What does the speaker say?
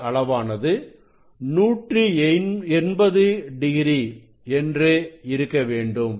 இந்த அளவானது 180 டிகிரி என்று இருக்க வேண்டும்